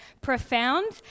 profound